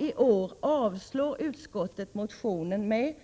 I år avstyrker utskottet motionen med